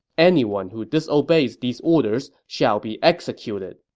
anyone who disobeys these orders shall be executed!